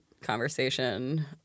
conversation